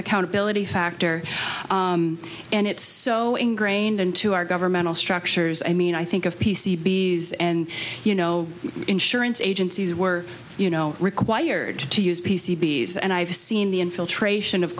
accountability factor and it's so ingrained into our governmental structures i mean i think of p c bees and you know insurance agencies were you know required to use p c s and i've seen the infiltration of